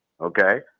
okay